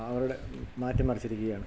അവരുടെ മാറ്റി മറിച്ചിരിക്കുകയാണ്